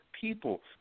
people